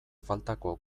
faltako